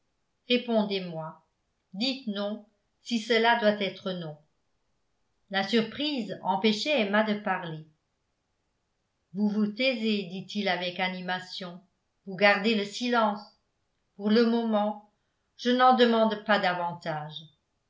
répondez-moi dites non si cela doit être non la surprise empêchait emma de parler vous vous taisez dit-il avec animation vous gardez le silence pour le moment je n'en demande pas davantage